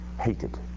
hated